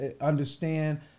understand